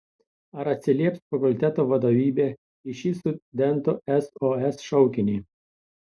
ar atsilieps fakulteto vadovybė į šį studentų sos šaukinį